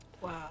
Wow